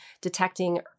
detecting